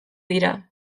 dira